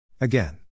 Again